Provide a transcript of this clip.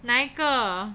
哪一个